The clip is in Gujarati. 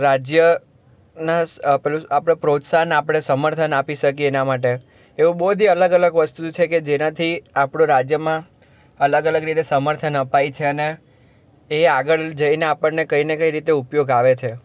રાજ્યના આપણે પ્રોત્સાહન આપણે સમર્થન આપી શકીએ એના માટે એવું બહું બધી અલગ અલગ વસ્તુ છે કે જેનાથી આપણો રાજ્યમાં અલગ અલગ રીતે સમર્થન અપાય છે અને એ આગળ જઈને આપણને કંઈને કંઈ રીતે ઉપયોગ આવે છે